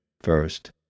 First